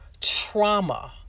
trauma